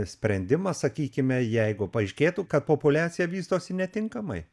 sprendimas sakykime jeigu paaiškėtų kad populiacija vystosi netinkamai